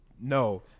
No